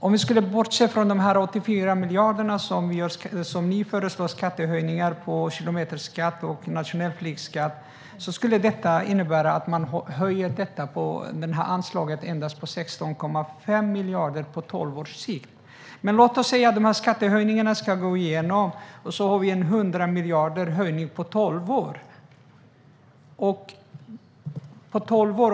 Om vi skulle bortse från de 84 miljarderna från era föreslagna skattehöjningar - kilometerskatt och nationell flygskatt - skulle det innebära att man höjer detta anslag med endast 16,5 miljarder på tolv års sikt. Men låt oss anta att skattehöjningarna går igenom. Då har vi en höjning på 100 miljarder på tolv år.